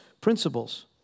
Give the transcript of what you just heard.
principles